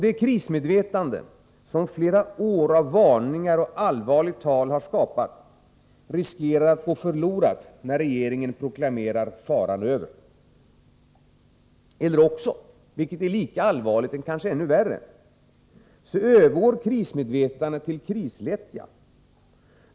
Det krismedvetande som flera år av varningar och allvarligt tal har skapat riskerar att gå förlorat när regeringen proklamerar ”faran över”. Eller också, vilket är lika allvarligt eller kanske ännu värre, övergår krismedvetandet i krislättja.